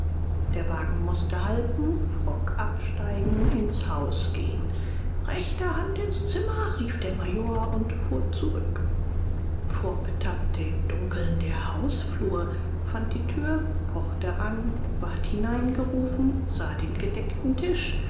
der wagen mußte halten frock absteigen ins haus gehen rechter hand ins zimmer rief der major und fuhr zurück frock tappte im dunkeln der hausflur fand die tür pochte an ward hineingerufen sah den gedeckten tisch